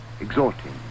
Exhorting